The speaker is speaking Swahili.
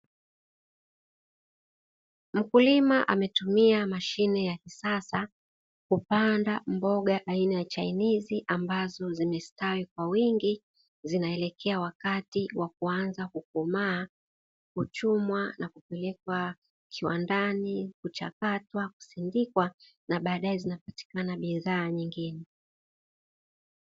Mkulima ametumia mashine ya kisasa, kupanda mboga aina ya chainizi, ambazo zimestawi kwa wingi zinaelekea wakati wa kuanza kukomaa, kuchumwa na kupelekwa kiwandani, kuchakatwa, kusindikwa na baadae zinapatikana bidhaa nyingine.